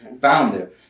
founder